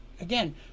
Again